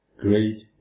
great